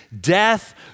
death